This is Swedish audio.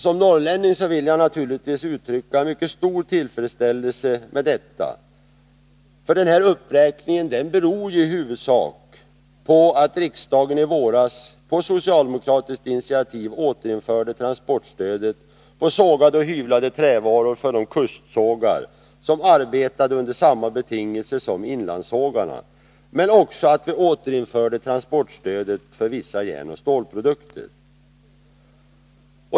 Som norrlänning vill jag uttrycka stor tillfredsställelse med detta som i huvudsak beror på att riksdagen i våras på socialdemokratiskt initiativ återinförde transportstödet på sågade och hyvlade trävaror för de kustsågar som arbetade under samma betingelser som inlandssågarna, men också att vi återinförde transportstödet för vissa järnoch stålprodukter.